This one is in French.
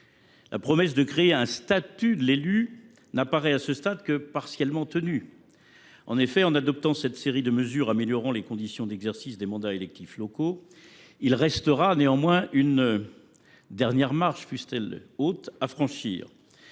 la promesse de « créer un statut de l’élu » n’apparaît, à ce stade, que partiellement tenue. En effet, une fois que sera adoptée cette série de mesures améliorant les conditions d’exercice des mandats électifs locaux, il restera une dernière marche, fût elle haute, à monter